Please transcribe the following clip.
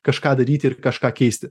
kažką daryti ir kažką keisti